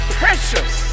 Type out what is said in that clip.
precious